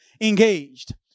engaged